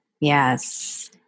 Yes